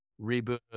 reboot